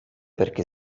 perché